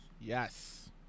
Yes